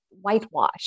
whitewash